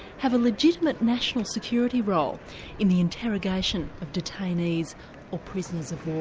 have a legitimate national security role in the interrogation of detainees or prisoners of war?